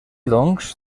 doncs